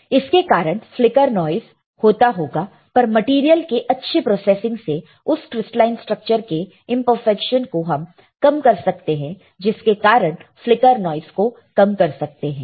इसके कारण flicker noise होता होगा पर मटेरियल के अच्छे प्रोसेसिंग से उस क्रिस्टलाइन स्ट्रक्चर के इंपरफेक्शन को हम कम कर सकते हैं जिसके कारण फ्लिकर नॉइस को कम कर सकते हैं